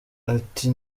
ati